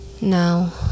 Now